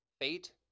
Fate